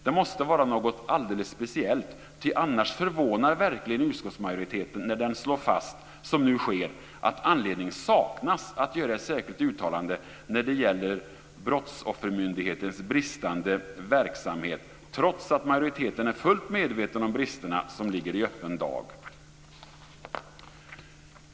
Det måste vara något alldeles speciellt, ty annars förvånar verkligen utskottsmajoriteten när den som nu sker slår fast att anledning saknas att göra ett särskilt uttalande om Brottsoffermyndighetens bristande verksamhet, trots att majoriteten är fullt medveten om bristerna som ligger i öppen dager.